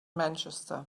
manchester